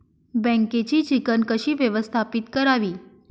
बँकेची चिकण कशी व्यवस्थापित करावी?